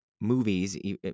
movies